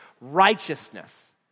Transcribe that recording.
righteousness